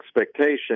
expectation